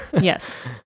Yes